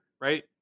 right